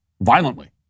violently